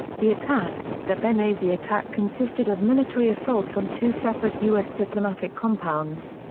the attack the benghazi attack consisted of military assaults on two separate u s. diplomatic compounds.